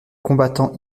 combattants